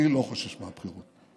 אני לא חושש מהבחירות,